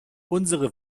unsere